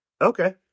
Okay